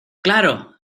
claro